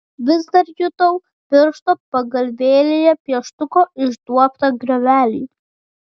vis dar jutau piršto pagalvėlėje pieštuko išduobtą griovelį